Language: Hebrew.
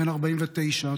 בן 49,